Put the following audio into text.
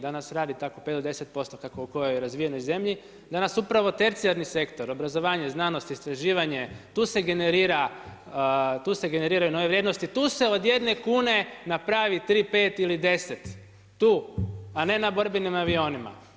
Danas radi tako 5 do 10% kako u kojoj razvijenoj zemlji, danas upravo tercijarni sektor obrazovanje, znanost, istraživanje tu se generiraju nove vrijednosti, tu se od jedne kune napravi tri, pet ili deset tu, a ne na borbenim avionima.